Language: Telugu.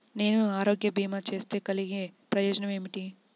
నేను ఆరోగ్య భీమా చేస్తే కలిగే ఉపయోగమేమిటీ?